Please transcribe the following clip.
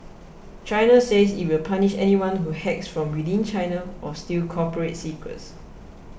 China says it will punish anyone who hacks from within China or steals corporate secrets